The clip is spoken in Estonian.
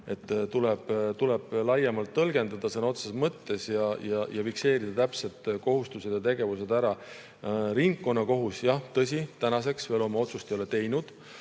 tuleb laiemalt tõlgendada ning sõna otseses mõttes fikseerida täpsed kohustused ja tegevused ära. Ringkonnakohus, jah, tõsi, tänaseks veel oma otsust ei ole teinud.